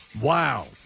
Wow